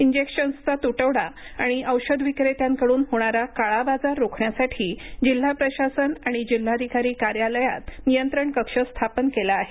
इंजेक्शन्सचा तुटवडा आणि औषध विक्रेत्यांकडून होणारा काळाबाजार रोखण्यासाठी जिल्हा प्रशासन आणि जिल्हाधिकारी कार्यालयात नियंत्रण कक्ष स्थापन केला आहे